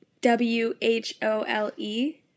W-H-O-L-E